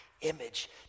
image